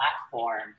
platform